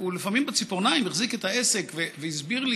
לפעמים הוא בציפורניים החזיק את העסק והסביר לי,